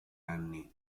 anni